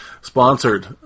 Sponsored